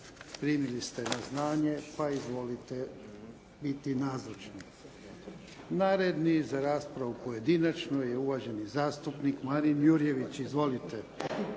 Primili ste na znanje, pa izvolite biti nazočni. Naredni za raspravu pojedinačnu je uvaženi zastupnik Marin Jurjević. Izvolite.